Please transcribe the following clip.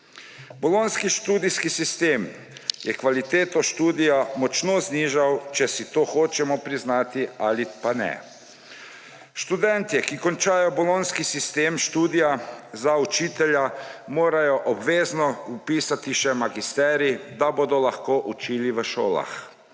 Bolonjski študijski sistem je kvaliteto študija močno znižal, če si to hočemo priznati ali ne. Študentje, ki končajo bolonjski sistem študija za učitelja, morajo obvezno vpisati še magisterij, da bodo lahko učili v šolah.